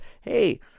hey